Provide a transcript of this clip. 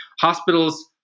Hospitals